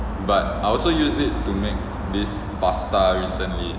but I also use it to make this pasta recently